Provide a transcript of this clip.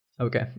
okay